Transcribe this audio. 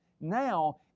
now